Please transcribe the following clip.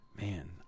Man